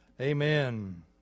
Amen